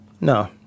No